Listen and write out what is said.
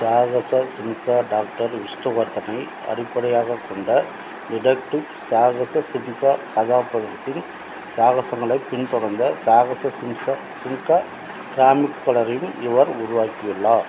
சாகச சிம்ஹா டாக்டர் விஷ்ணுவர்தனை அடிப்படையாகக் கொண்ட டிடெக்டிவ் சாகச சிம்ஹா கதாபாத்திரத்தின் சாகசங்களைப் பின்தொடர்ந்த சாகச சிம்சா சிம்ஹா காமிக் தொடரையும் இவர் உருவாக்கியுள்ளார்